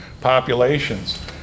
populations